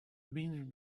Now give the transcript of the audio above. been